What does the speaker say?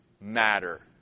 matter